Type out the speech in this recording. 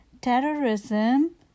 terrorism